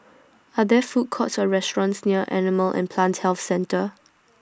Are There Food Courts Or restaurants near Animal and Plant Health Centre